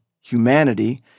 humanity